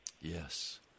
Yes